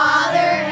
Father